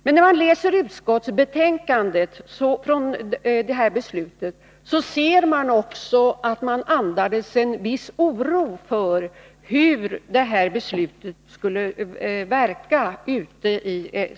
Men när man läser det utskottsbetänkande som låg till grund för beslutet ser man att ledamöterna också andades en viss oro för hur beslutet skulle verka.